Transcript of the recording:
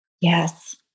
Yes